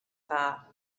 dda